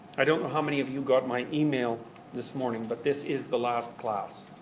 i don't know how many of you got my email this morning, but this is the last class.